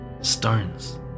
stones